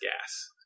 gas